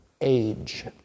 age